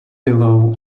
below